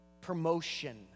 Promotion